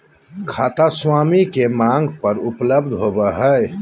खाता स्वामी के मांग पर उपलब्ध होबो हइ